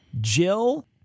Jill